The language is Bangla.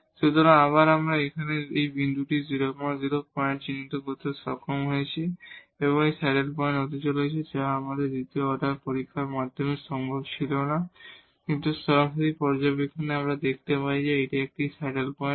সুতরাং আবার আমরা এখানে এই বিন্দুটি 0 0 পয়েন্ট চিহ্নিত করতে সক্ষম হয়েছি এবং এটি স্যাডেল পয়েন্ট হতে চলেছে এবং যা দ্বিতীয় অর্ডার পরীক্ষার মাধ্যমে সম্ভব ছিল না কিন্তু সরাসরি পর্যবেক্ষণে আমরা দেখতে পাই যে এটি একটি স্যাডেল পয়েন্ট